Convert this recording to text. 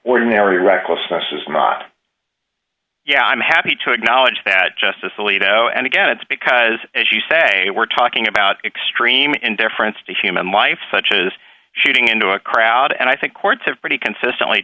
ordinary recklessness is not yeah i'm happy to acknowledge that justice alito and again it's because as you say we're talking about extreme indifference to human life such as shooting into a crowd and i think courts have pretty consistently